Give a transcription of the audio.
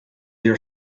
your